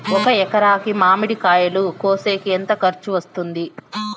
ఒక ఎకరాకి మామిడి కాయలు కోసేకి ఎంత ఖర్చు వస్తుంది?